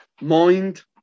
mind